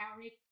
Eric